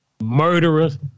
murderers